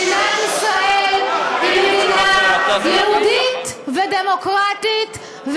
מדינת ישראל היא מדינה יהודית ודמוקרטית,